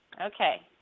Okay